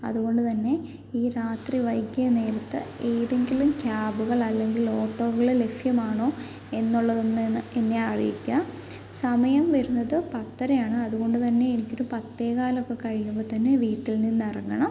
അതുകൊണ്ട് തന്നെ ഈ രാത്രി വൈകിയ നേരത്ത് ഏതെങ്കിലും ക്യാബുകൾ അല്ലെങ്കിൽ ഓട്ടോകൾ ലഭ്യമാണോ എന്നുള്ളതൊന്ന് എന്നെ അറിയിക്കാൻ സമയം വരുന്നത് പത്തരയാണ് അതുകൊണ്ട് തന്നെ എനിക്കൊരു പത്തേ കാലൊക്കെ കഴിയുമ്പോൾ തന്നെ വീട്ടിൽ നിന്ന് ഇറങ്ങണം